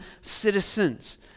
citizens